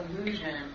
illusion